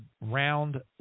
round